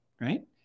right